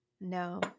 No